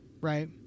Right